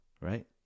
right